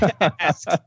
Ask